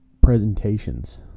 presentations